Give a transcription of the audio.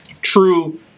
true